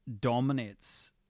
dominates